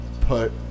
Put